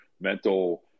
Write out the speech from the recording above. mental